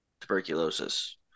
tuberculosis